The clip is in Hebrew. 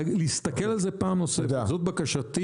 להסתכל על זה פעם נוספת, זאת בקשתי.